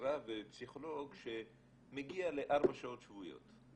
משרה ופסיכולוג שמגיע לארבע שעות שבועיות.